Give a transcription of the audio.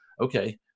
okay